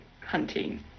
hunting